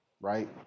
right